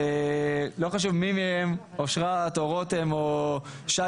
לא חשוב מי מהם אושרת או רותם או שי